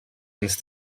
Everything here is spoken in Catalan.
ens